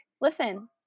listen